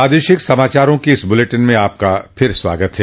प्रादेशिक समाचारों के इस बुलेटिन में आपका फिर से स्वागत है